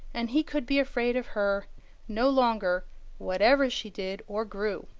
and he could be afraid of her no longer whatever she did or grew.